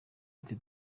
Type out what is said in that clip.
ati